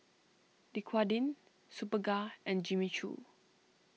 Dequadin Superga and Jimmy Choo